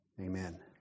Amen